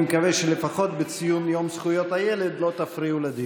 בני גנץ, לא יקרה.